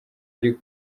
ari